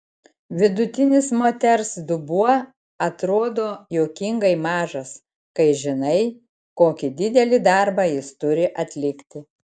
vidutinis moters dubuo atrodo juokingai mažas kai žinai kokį didelį darbą jis turi atlikti